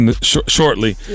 shortly